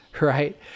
right